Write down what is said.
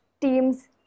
teams